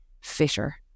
fitter